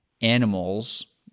animals